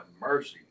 mercy